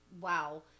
Wow